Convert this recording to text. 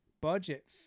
Budget